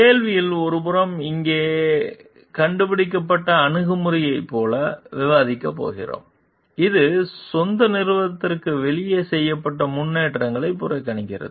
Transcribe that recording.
கேள்வி இல் ஒருபுறம் இங்கே கண்டுபிடிக்கப்பட்ட அணுகுமுறையைப் போல விவாதிக்கப் போகிறோம் இது சொந்த நிறுவனத்திற்கு வெளியே செய்யப்பட்ட முன்னேற்றங்களை புறக்கணிக்கிறது